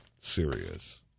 serious